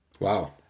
Wow